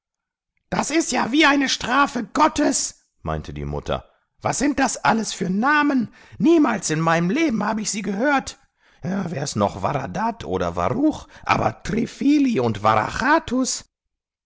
das ist ja wie eine strafe gottes meinte die mutter was sind das alles für namen niemals in meinem leben habe ich sie gehört wär's noch waradat oder waruch aber trifili und